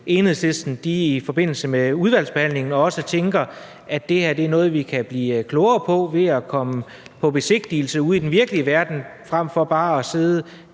Enhedslisten i forbindelse med udvalgsbehandlingen også tænker, at det her er noget, vi kan blive klogere på ved at komme på besigtigelse ude i den virkelige verden frem for bare at sidde